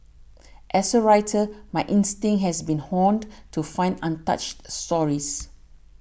as a writer my instinct has been honed to find untouched stories